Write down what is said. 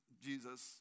Jesus